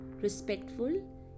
respectful